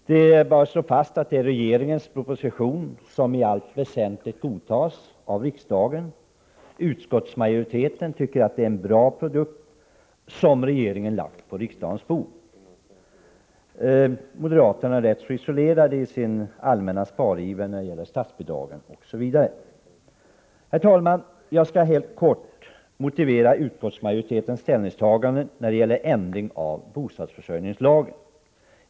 Det är bara att slå fast att det är regeringens proposition som i allt väsentligt godtas av riksdagen. Utskottsmajoriteten tycker att det är en bra produkt som regeringen lagt på riksdagens bord. Moderaterna är rätt isolerade i sin allmänna spariver när det gäller statsbidragen osv. Herr talman! Jag skall helt kort motivera utskottsmajoritetens ställningstagande när det gäller ändring av bostadsförsörjningslagen.